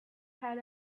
had